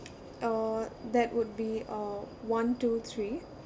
uh that would be uh one two three